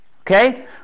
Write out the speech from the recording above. Okay